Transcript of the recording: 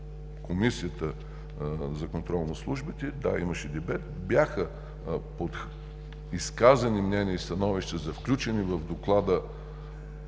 Комисията за контрол на службите имаше дебат. Бяха изказани мнения и становища за включени в Доклада